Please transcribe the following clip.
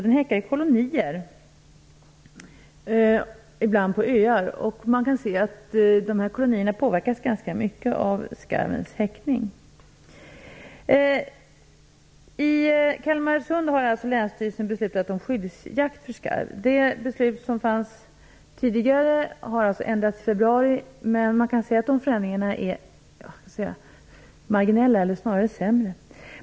Den häckar i kolonier, ibland på öar. Man kan se att dessa öar påverkas ganska mycket av skarvens häckning. I Kalmarsund har alltså länsstyrelsen beslutat om skyddsjakt på skarv. Det beslut som fanns tidigare har ändrats i februari, men förändringarna är marginella och snarare till det sämre.